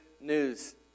news